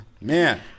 Man